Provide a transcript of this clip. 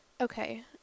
Okay